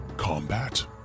combat